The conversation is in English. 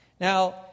Now